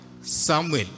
Samuel